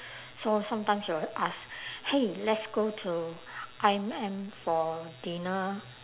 so sometimes she will ask hey let's go to I_M_M for dinner